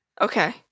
Okay